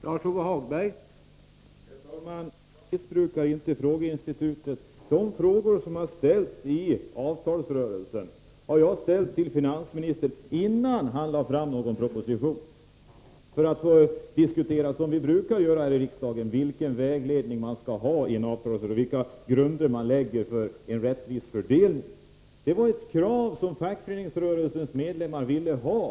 Herr talman! Jag missbrukar inte frågeinstitutet. De frågor som har ställts i avtalsrörelsen ställde jag till finansministern, innan han lade fram en proposition. Detta gjorde jag i avsikt att här i riksdagen på vanligt sätt få diskutera vilken vägledning som skall finnas vid en avtalsrörelse och vilka grunder man vill fastställa för att det skall bli en rättvis fördelning. Fackföreningsrörelsen krävde det här av regeringen.